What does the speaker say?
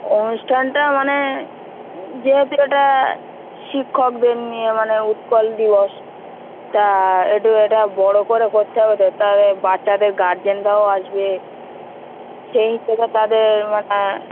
অনুষ্ঠানটা মানে যেহেতু এটা শিক্ষকদের নিয়ে মানে উৎকল দিবস তা একটু এটা বড়ো করে করতে হবে তো তাহলে বাচ্চাদের গার্জেনরাও আসবে সেই তাদের মানে